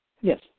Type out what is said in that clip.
Yes